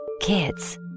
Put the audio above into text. Kids